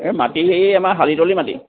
এই মাটি সেই আমাৰ শালিতলি মাটি